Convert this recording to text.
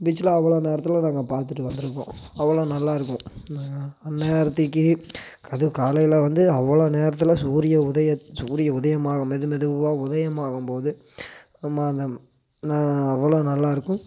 பீச்சுல அவ்வளோ நேரத்தில் நாங்கள் பார்த்துட்டு வந்துடுவோம் அவ்வளோ நல்லாருக்கும் நேரத்துக்கு அதுவும் காலையில் வந்து அவ்வளோ நேரத்தில் சூரிய உதையத்த சூரிய உதயமாகும் மெது மெதுவா உதயம் ஆகும் போது நம்ம அதை நான் அவ்வளோ நல்லாருக்கும்